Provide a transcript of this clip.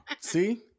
see